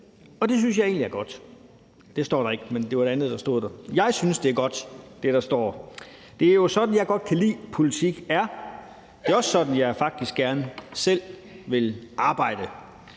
Og det synes jeg egentlig er godt – det står der ikke, det er noget andet, der står der – men jeg synes, at det, der står, er godt. Det er jo sådan, jeg godt kan lide politik er, og det er også sådan, jeg faktisk gerne selv vil arbejde.